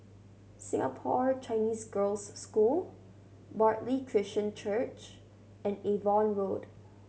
Singapore Chinese Girls' School Bartley Christian Church and Avon Road